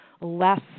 less